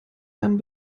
einem